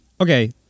Okay